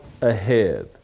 Ahead